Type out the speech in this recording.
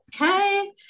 Okay